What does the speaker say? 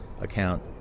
account